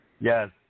Yes